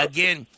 Again